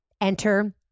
enter